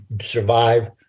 survive